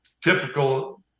typical